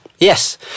Yes